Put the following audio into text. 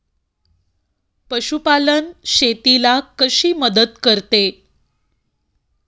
पशुपालन शेतीला कशी मदत करते?